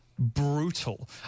Brutal